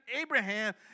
Abraham